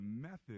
method